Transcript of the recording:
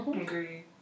agree